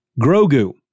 Grogu